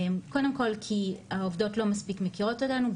קודם כל כי העובדות לא מספיק מכירות אותנו.